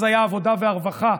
אז היה העבודה והרווחה,